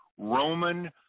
Roman